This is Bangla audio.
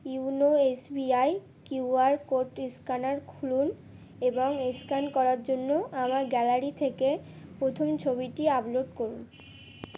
YONO SBI QR code scanner খুলুন এবং স্ক্যান করার জন্য আমার গ্যালারি থেকে প্রথম ছবিটি আপলোড করুন